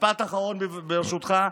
משפט אחרון, ברשותך.